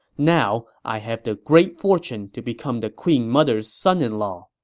now, i have the great fortune to become the queen mother's son-in-law.